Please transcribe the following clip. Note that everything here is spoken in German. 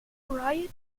brian